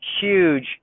huge